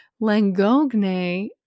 Langogne